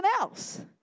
else